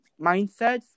mindsets